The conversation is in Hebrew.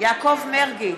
יעקב מרגי,